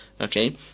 Okay